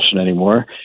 anymore